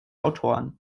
autoren